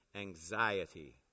anxiety